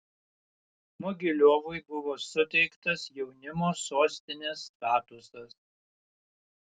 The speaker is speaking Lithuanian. mogiliovui buvo suteiktas jaunimo sostinės statusas